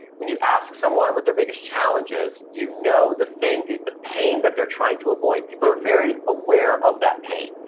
when you ask someone what their biggest challenge is, you know the thing, the the pain that they're trying to avoid. people are very aware of that pain.